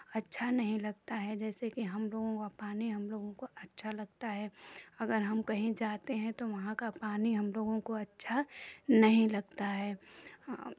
अच्छा नहीं लगता है जैसे कि हम लोगों का पानी हम लोगों को अच्छा लगता है अगर हम कहीं जाते हैं तो वहाँ का पानी हम लोगों को अच्छा नहीं लगता है